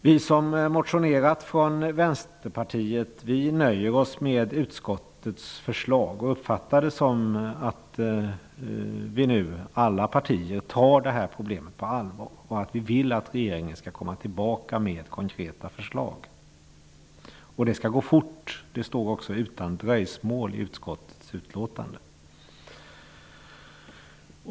Vi i Vänsterpartiet som har motionerat nöjer oss med utskottets förslag och uppfattar det som att alla partier nu tar detta problem på allvar och att vi vill att regeringen skall komma tillbaka med konkreta förslag. Och det skall gå fort. Det står också ''utan dröjsmål'' i utskottets betänkande.